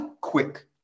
quick